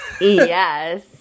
Yes